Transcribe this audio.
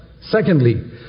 Secondly